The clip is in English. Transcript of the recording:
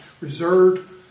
reserved